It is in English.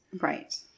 Right